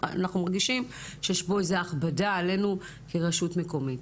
אנחנו מרגישים שיש פה איזה הכבדה עלינו כרשות מקומית.